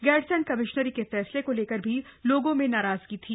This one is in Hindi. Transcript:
गैरसैंण कमिश्नरी के फैसले को लेकर भी लोगों में नाराजगी थी